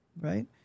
right